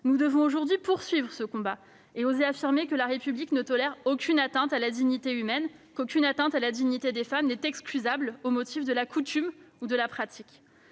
Nous devons aujourd'hui poursuivre ce combat et oser affirmer que la République ne tolère aucune atteinte à la dignité humaine et qu'aucune atteinte à la dignité des femmes n'est excusable au motif de la coutume ou de la pratique.